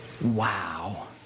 Wow